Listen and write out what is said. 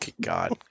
God